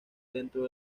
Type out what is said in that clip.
dentro